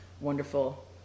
wonderful